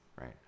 right